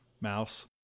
mouse